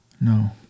no